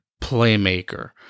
playmaker